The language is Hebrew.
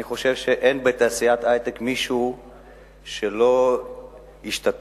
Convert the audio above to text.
אני חושב שאין בתעשיית ההיי-טק מישהו שלא השתתף